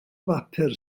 bapur